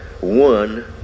One